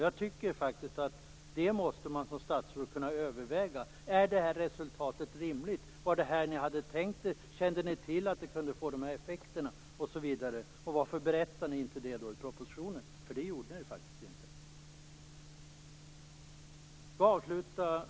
Jag tycker faktiskt att man som statsråd skall kunna överväga om resultatet var rimligt och om detta blev som man hade tänkt sig. Kände man inte till att det skulle få dessa effekter? Varför berättade ni det inte då i propositionen? Det gjorde ni faktiskt inte. Fru talman!